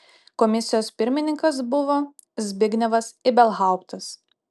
komisijos pirmininkas buvo zbignevas ibelhauptas